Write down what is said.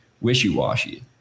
wishy-washy